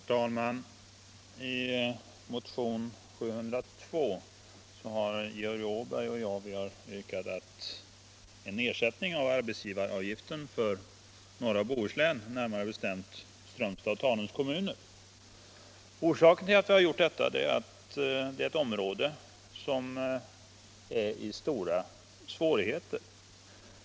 Herr talman! I motionen 702 har Georg Åberg och jag yrkat på en nedsättning av arbetsgivaravgiften inom norra Bohuslän, närmare bestämt inom Strömstads och Tanums kommuner. Orsaken är att detta område befinner sig i stora svårigheter.